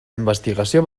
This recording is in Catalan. investigació